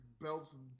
belts